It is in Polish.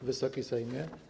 Wysoki Sejmie!